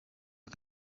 iya